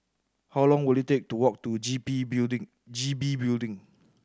how long will it take to walk to G B Building G B Building